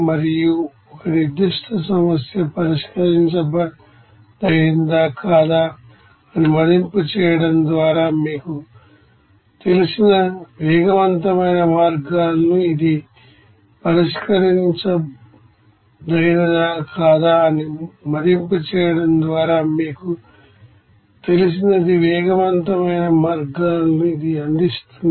మరియు ఒక నిర్ధిష్ట సమస్య పరిష్కరించదగినదా కాదా అని మదింపు చేయడం ద్వారా మీకు తెలిసిన వేగవంతమైన మార్గాలను ఇది అందిస్తుంది